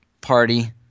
party